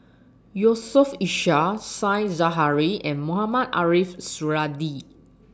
Yusof Ishak Said Zahari and Mohamed Ariff Suradi